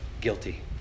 guilty